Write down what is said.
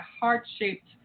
heart-shaped